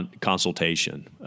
consultation